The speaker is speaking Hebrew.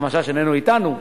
הרב משאש איננו אתנו,